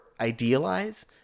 idealize